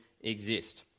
exist